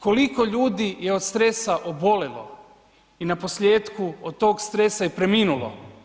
Koliko ljudi je od stresa obolilo i na posljetku od tog stresa i preminulo?